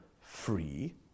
free